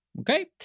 Okay